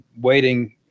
waiting